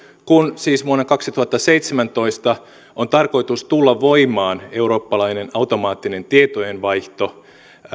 kun siis vuonna kaksituhattaseitsemäntoista on tarkoitus tulla voimaan eurooppalainen automaattinen tietojenvaihto